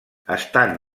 estan